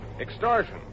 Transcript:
Extortion